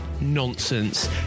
nonsense